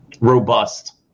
robust